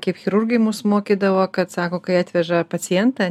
kaip chirurgai mus mokydavo kad sako kai atveža pacientą